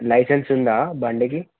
licence ఉందా బండికి